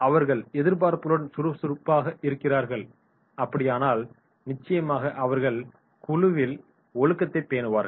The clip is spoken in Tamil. அவர்கள் எதிர்பார்ப்புகளுடன் சுறுசுறுப்பாக இருக்கிறார்கள் அப்படியானால் நிச்சயமாக அவர்கள் குழுவில் ஒழுக்கத்தை பேணுவார்கள்